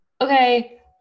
okay